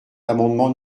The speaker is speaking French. l’amendement